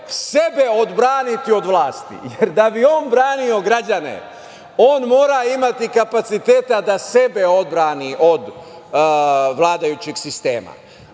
sebe odbraniti od vlasti, jer da bi on branio građane on mora imati kapaciteta da sebe odbrani od vladajućeg sistema.U